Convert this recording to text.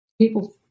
People